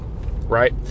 Right